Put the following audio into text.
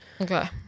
Okay